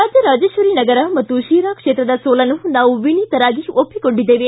ರಾಜರಾಜೇಶ್ವರಿ ನಗರ ಮತ್ತು ಶಿರಾ ಕ್ಷೇತ್ರದ ಸೋಲನ್ನು ನಾವು ವಿನೀತರಾಗಿ ಒಪ್ಪಿಕೊಂಡಿದ್ದೇವೆ